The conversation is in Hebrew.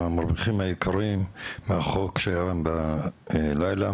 המרוויחים העיקריים מהחוק שעבר בלילה,